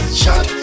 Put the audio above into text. shot